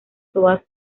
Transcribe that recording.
todas